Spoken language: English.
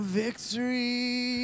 victory